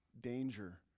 danger